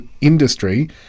industry